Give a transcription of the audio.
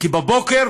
כי בבוקר